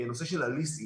נושא של הליסינג,